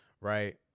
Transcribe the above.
right